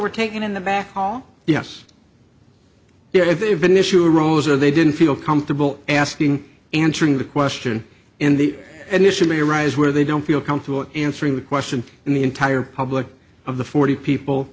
were taken in the back hall yes if they have an issue arose or they didn't feel comfortable asking answering the question in the initial may arise where they don't feel comfortable answering the question in the entire public of the forty people